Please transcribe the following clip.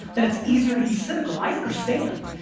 that it's easier to be cynical. i understand,